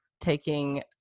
taking